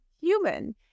human